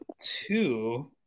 two